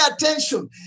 attention